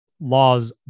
laws